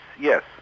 Yes